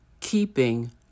keeping